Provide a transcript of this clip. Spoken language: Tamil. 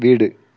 வீடு